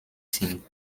sind